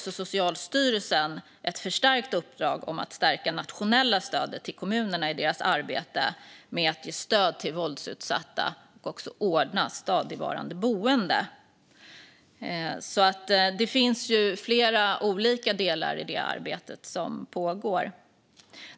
Socialstyrelsen har fått ett förstärkt uppdrag om att stärka det nationella stödet till kommunerna i deras arbete med att ge stöd till våldsutsatta och ordna stadigvarande boende. Det finns flera olika delar i det arbetet.